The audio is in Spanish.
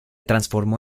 transformó